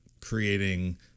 creating